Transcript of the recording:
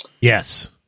Yes